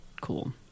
cool